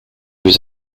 was